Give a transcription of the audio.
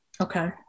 Okay